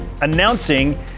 announcing